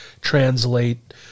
translate